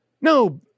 no